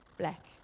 black